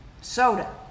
soda